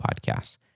Podcasts